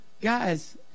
guys